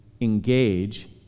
engage